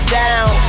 down